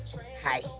Hi